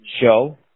show